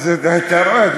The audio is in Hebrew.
אתה רואה?